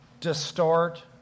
distort